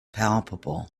palpable